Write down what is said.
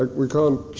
ah we can't